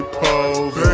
pose